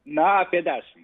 na apie dešimt